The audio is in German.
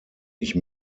ich